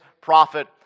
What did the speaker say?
prophet